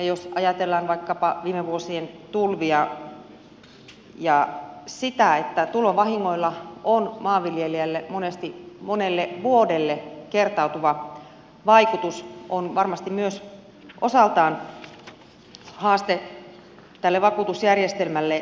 jos ajatellaan vaikkapa viime vuosien tulvia ja sitä että tulvavahingoilla on maanviljelijälle monesti monelle vuodelle kertautuva vaikutus on se varmasti myös osaltaan haaste tälle vakuutusjärjestelmälle